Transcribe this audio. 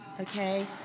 Okay